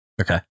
Okay